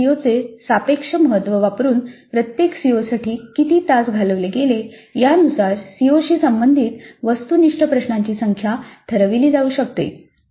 प्रत्येक सीओचे सापेक्ष महत्त्व वापरुन प्रत्येक सीओसाठी किती तास घालवले गेले यानुसार सीओशी संबंधित वस्तुनिष्ठ प्रश्नांची संख्या ठरवली जाऊ शकते